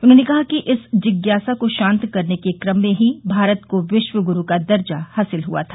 उन्होंने कहा कि इस जिज्ञासा को शांत करने के क्रम में ही भारत को विश्व गुरू का दर्जा हासिल हुआ था